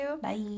Bye